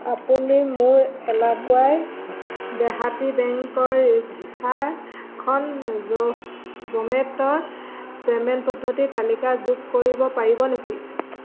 আপুনি মোৰ এলাকুৱাই দেহাতী বেংকৰ ভিছাখন জ জমেট'ৰ পে'মেণ্ট পদ্ধতিৰ তালিকাত যোগ কৰিব পাৰিব নেকি